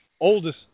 oldest